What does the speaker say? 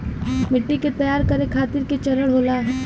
मिट्टी के तैयार करें खातिर के चरण होला?